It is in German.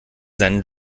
seinen